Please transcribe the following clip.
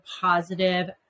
positive